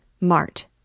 Mart